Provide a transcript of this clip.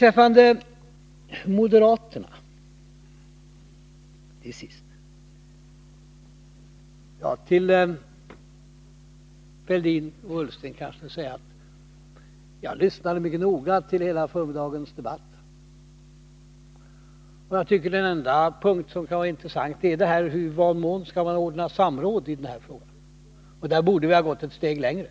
Till Thorbjörn Fälldin och Ola Ullsten vill jag säga att jag lyssnade mycket noga till hela förmiddagens debatt. Jag tyckte att den enda punkt som kan vara intressant är i vad mån man skall ordna samråd i den här frågan. Där borde vi ha gått ett steg längre.